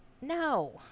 no